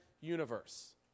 universe